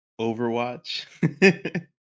Overwatch